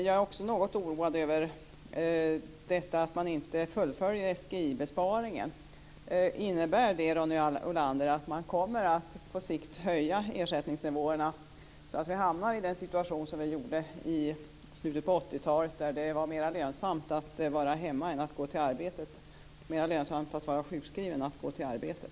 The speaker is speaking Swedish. Jag är också något oroad över att man inte fullföljer SGI-besparingen. Innebär det, Ronny Olander, att man på sikt kommer att höja ersättningsnivåerna? Då hamnar vi i den situation som vi var i i slutet på 80 talet, då det var mer lönsamt att vara hemma än att gå till arbetet. Det var mer lönsamt att vara sjukskriven än att gå till arbetet.